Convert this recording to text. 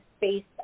based